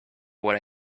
where